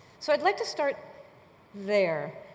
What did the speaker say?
so i'd like to start there.